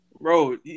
bro